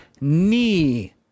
knee